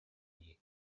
дии